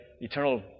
eternal